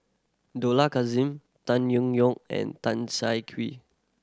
Dollah Kassim Tan Yong Yong and Tan Siah Kwee